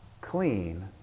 clean